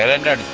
and